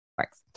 works